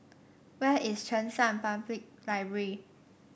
where is Cheng San Public Library